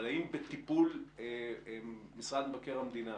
האם למשרד מבקר המדינה